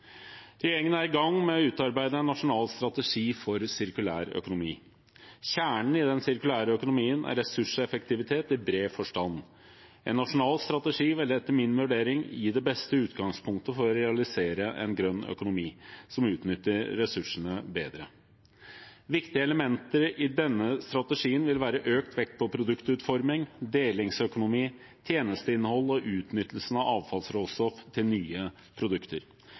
Regjeringen er i gang med å utarbeide en nasjonal strategi for sirkulær økonomi. Kjernen i den sirkulære økonomien er ressurseffektivitet i bred forstand. En nasjonal strategi vil etter min vurdering gi det beste utgangspunktet for å realisere en grønn økonomi, som utnytter ressursene bedre. Viktige elementer i denne strategien vil være økt vekt på produktutforming, delingsøkonomi, tjenesteinnhold og utnyttelsen av avfallsråstoff til nye produkter.